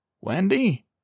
Wendy